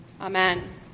Amen